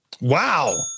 Wow